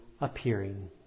appearing